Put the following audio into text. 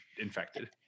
infected